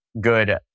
good